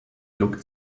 looked